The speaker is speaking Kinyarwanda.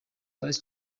paris